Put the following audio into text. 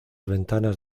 ventanas